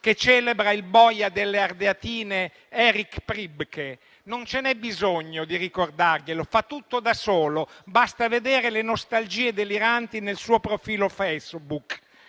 che celebra il boia delle Ardeatine Erich Priebke; non c'è bisogno di ricordarglielo, fa tutto da solo: basta vedere le nostalgie deliranti nel suo profilo Facebook.